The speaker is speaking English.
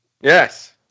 Yes